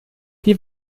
die